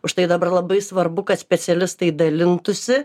užtai dabar labai svarbu kad specialistai dalintųsi